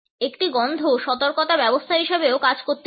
একটি গন্ধ সতর্কতা ব্যবস্থা হিসাবেও কাজ করতে পারে